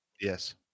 Yes